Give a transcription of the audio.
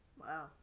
Wow